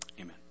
Amen